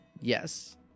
Yes